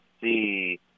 see